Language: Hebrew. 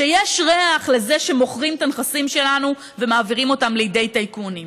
שיש ריח לזה שמוכרים את הנכסים שלנו ומעבירים אותם לידי טייקונים.